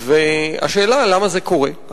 והשאלה, למה זה קורה?